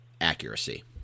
accuracy